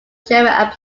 german